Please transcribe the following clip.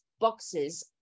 boxes